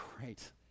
great